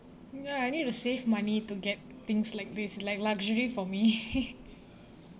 ya I need to save money to get things like this like luxury for me